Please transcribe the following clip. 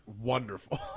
wonderful